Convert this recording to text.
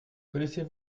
connaissez